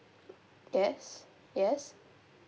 yes yes